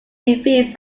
defeats